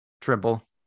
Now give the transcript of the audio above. trimble